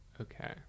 Okay